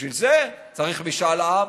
בשביל זה צריך משאל עם.